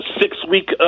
six-week